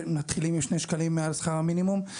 מתחילים עם שני שקלים מעל שכר המינימום.